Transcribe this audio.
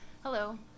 Hello